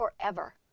forever